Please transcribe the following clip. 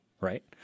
right